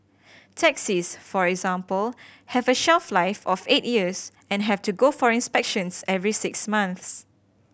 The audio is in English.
taxis for example have a shelf life of eight years and have to go for inspections every six months